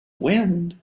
wind